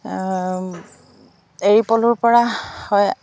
এৰি পলুৰ পৰা হয়